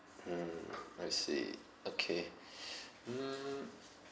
mm I see okay mm